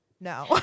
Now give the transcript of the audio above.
No